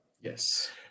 Yes